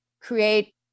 create